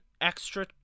extra